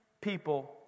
people